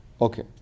Okay